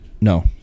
No